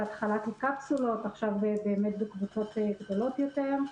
בהתחלה כקפסולות ועכשיו בקבוצות גדולות יותר.